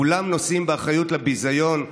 כולם נושאים באחריות לביזיון,